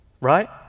right